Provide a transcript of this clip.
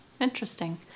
Interesting